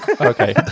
okay